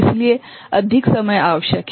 इसलिए अधिक समय आवश्यक है